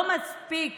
לא מספיקה